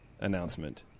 announcement